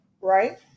Right